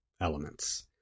elements